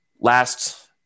last